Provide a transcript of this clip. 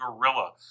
gorilla